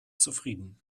zufrieden